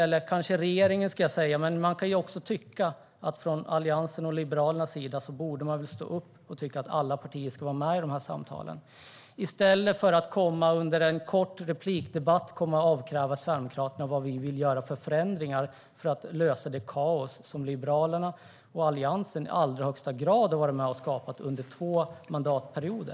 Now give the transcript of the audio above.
Eller det kanske var regeringen, ska jag säga, men jag kan ju tycka att man från Alliansens och Liberalernas sida borde stå upp och tycka att alla partier ska vara med i samtalen - i stället för att under ett kort replikskifte komma och avkräva Sverigedemokraterna svar på frågan vilka förändringar vi vill göra för att lösa det kaos Liberalerna och Alliansen i allra högsta grad har varit med och skapat under två mandatperioder.